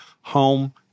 Home